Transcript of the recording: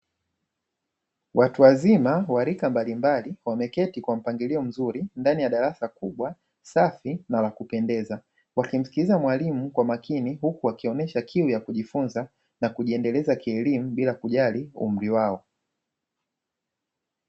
Watu wazima wa rika mbalimbali wameketi kwa mpangilio mzuri ndani ya darasa kubwa safi na la kupendeza, wakimsikiliza mwalimu kwa makini huku wakioneaha kiu ya kujifunza na kujiendeleza kielimu bila kujali umri wao.